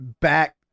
back